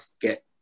get